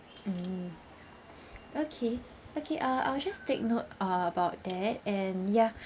mm okay okay uh I'll just take note uh about that and ya